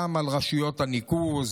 גם על רשויות הניקוז,